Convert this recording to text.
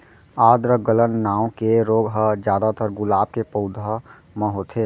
आद्र गलन नांव के रोग ह जादातर गुलाब के पउधा म होथे